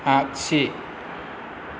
आग्सि